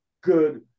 good